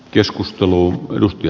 arvoisa puhemies